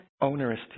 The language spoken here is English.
onerous